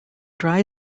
dry